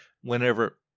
Whenever